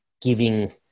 giving